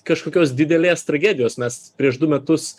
kaškokios didelės tragedijos mes prieš du metus